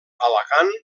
alacant